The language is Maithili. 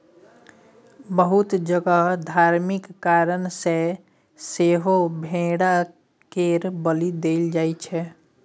बहुत जगह धार्मिक कारण सँ सेहो भेड़ा केर बलि देल जाइ छै